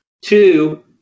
Two